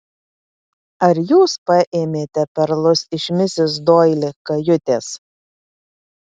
ar jūs paėmėte perlus iš misis doili kajutės